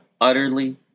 utterly